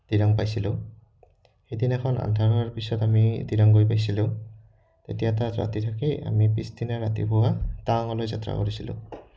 দিৰাং পাইছিলোঁ সেইদিনাখন আন্ধাৰ হোৱাৰ পিছত আমি দিৰাং গৈ পাইছিলোঁ তেতিয়া তাত ৰাতি থাকি আমি পিছদিনা ৰাতিপুৱা টাৱাঙলৈ যাত্ৰা কৰিছিলোঁ